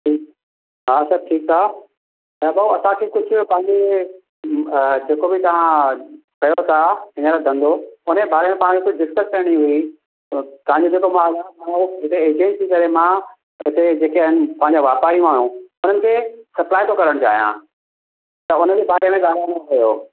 हा सभु ठीकु आहे त भाउ असांखे कुझु पांहिंजे अ जेको बि तव्हां कयो था हीअंर धंदो हुनजे बारे में तव्हां खे कुझु डिस्कस करणी हुई त तव्हां जो जेको माल आहे उहो हिते एजेंट थी करे मां हिते जेके आहिनि पंहिंजा वापारी माण्हू हुननि खे सप्लाय थो करणु चाहियां त हुनजे बारे में ॻाल्हायणो हुओ